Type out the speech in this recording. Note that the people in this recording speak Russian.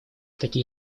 такие